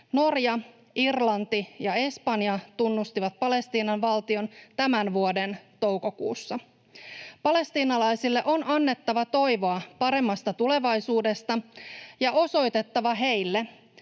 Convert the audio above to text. Norja, Irlanti ja Espanja tunnustivat Palestiinan valtion tämän vuoden toukokuussa. Palestiinalaisille on annettava toivoa paremmasta tulevaisuudesta ja osoitettava heille,